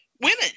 women